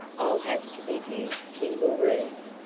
i'll have to give you single rooms,